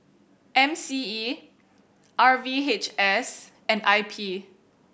M C E R V H S and I P